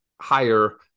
higher